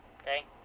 okay